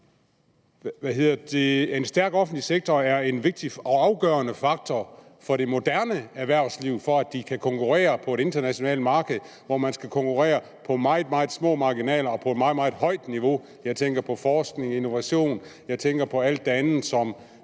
en stærk offentlig sektor er en vigtig og afgørende faktor for det moderne erhvervsliv, for at de kan konkurrere på et internationalt marked, hvor man skal konkurrere på meget, meget små marginaler og på et meget, meget højt niveau? Det, jeg tænker på, er forskning, innovation og alt det andet, som